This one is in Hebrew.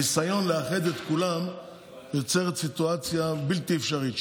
הניסיון לאחד את כולם יוצר סיטואציה בלתי אפשרית,